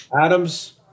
Adams